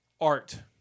art